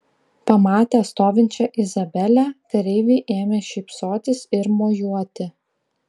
pamatę stovinčią izabelę kareiviai ėmė šypsotis ir mojuoti